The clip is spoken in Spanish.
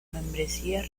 membresía